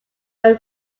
when